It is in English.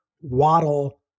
Waddle